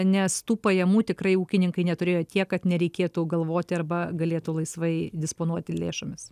nes tų pajamų tikrai ūkininkai neturėjo tiek kad nereikėtų galvoti arba galėtų laisvai disponuoti lėšomis